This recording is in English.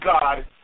God